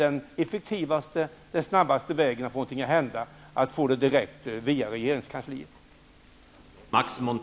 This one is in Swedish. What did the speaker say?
Den effektivaste och snabbaste vägen att få någonting att hända är att få det gjort direkt via regeringskansliet.